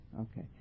Okay